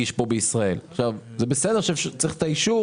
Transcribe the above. אבל אני אומר בסדר - נעזוב רגע את מענק העבודה.